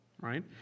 right